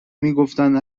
میگفتند